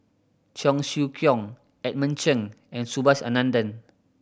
Cheong Siew Keong Edmund Cheng and Subhas Anandan